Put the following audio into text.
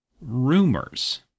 rumors